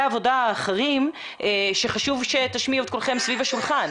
עבודה אחרים שחשוב שתשמיעו את קולכם סביב השולחן?